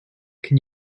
can